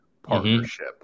partnership